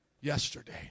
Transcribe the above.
yesterday